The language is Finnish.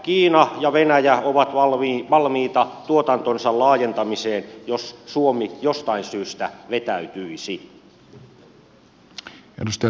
kiina ja venäjä ovat valmiita tuotantonsa laajentamiseen jos suomi jostain syystä vetäytyisi